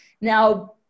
Now